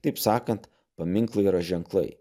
taip sakant paminklai yra ženklai